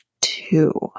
two